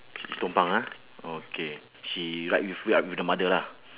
she's tumpang ah okay she ride with ride with the mother lah